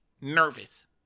nervous